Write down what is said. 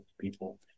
people